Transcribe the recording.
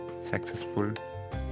successful